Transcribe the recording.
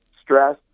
stress